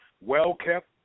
well-kept